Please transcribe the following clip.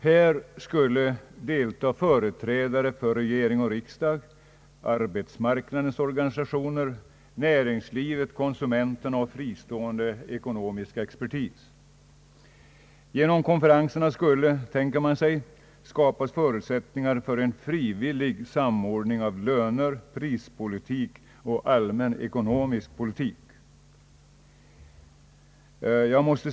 Där skulle delta företrädare för regering och riksdag, arbetsmarknadens «organisationer, näringslivet, konsumenterna och fristående ekonomisk expertis. Genom konferenserna skulle, tänker man sig, skapas förutsättningar för en frivillig samordning av löner, prispolitik och allmän ekonomisk politik. Herr talman!